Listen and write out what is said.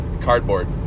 cardboard